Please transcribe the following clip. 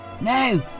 No